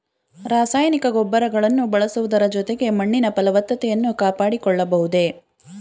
ರಾಸಾಯನಿಕ ಗೊಬ್ಬರಗಳನ್ನು ಬಳಸುವುದರ ಜೊತೆಗೆ ಮಣ್ಣಿನ ಫಲವತ್ತತೆಯನ್ನು ಕಾಪಾಡಿಕೊಳ್ಳಬಹುದೇ?